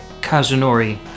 Kazunori